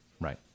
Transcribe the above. right